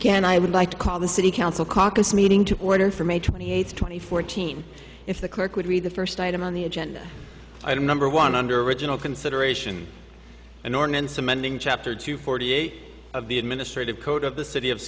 again i would like to call the city council caucus meeting to order for may twenty eighth twenty fourteen if the clerk would read the first item on the agenda item number one under original consideration an ordinance amending chapter two forty eight of the administrative code of the city of